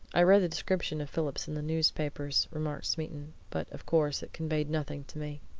i read the description of phillips in the newspapers, remarked smeaton. but, of course, it conveyed nothing to me.